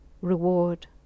reward